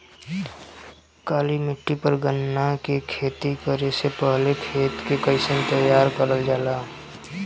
काली मिट्टी पर गन्ना के खेती करे से पहले खेत के कइसे तैयार करल जाला?